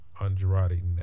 Andrade